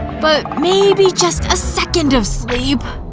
but maybe just a second of sleep,